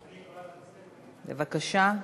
בבקשה.